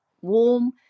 Warm